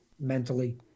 mentally